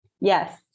Yes